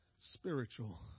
spiritual